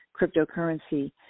cryptocurrency